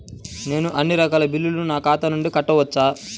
నేను అన్నీ రకాల బిల్లులను నా ఖాతా నుండి కట్టవచ్చా?